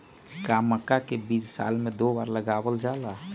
का मक्का के बीज साल में दो बार लगावल जला?